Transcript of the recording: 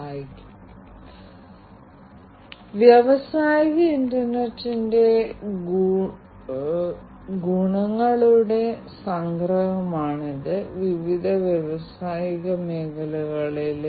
to end automation ഇവയെല്ലാം നിർമ്മാണ വ്യവസായത്തിലെ IIoT യിൽ ഈ എല്ലാ ഉപകരണങ്ങളുടെയും പരസ്പര ബന്ധത്തിന്റെയും സംയോജനത്തിന്റെയും വ്യത്യസ്ത നേട്ടങ്ങളാണ്